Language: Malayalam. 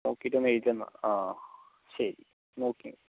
നോക്കിയിട്ട് ഒന്ന് എഴുതി തന്നാൽ ആ ശരി ഓക്കെ